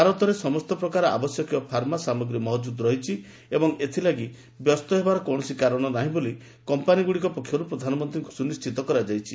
ଭାରତରେ ସମସ୍ତ ପ୍ରକାର ଆବଶ୍ୟକୀୟ ଫାର୍ମା ସାମଗ୍ରୀ ମହଜୁଦ ରହିଛି ଏବଂ ଏଥିଲାଗି ବ୍ୟସ୍ତ ହେବାର କୌଣସି କାରଣ ନାହିଁ ବୋଲି କମ୍ପାନିଗୁଡ଼ିକ ପକ୍ଷରୁ ପ୍ରଧାନମନ୍ତ୍ରୀଙ୍କୁ ସୁନିଣ୍ଟିତ କରାଯାଇଛି